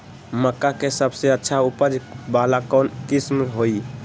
मक्का के सबसे अच्छा उपज वाला कौन किस्म होई?